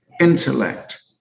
intellect